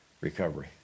recovery